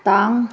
ꯇꯥꯡ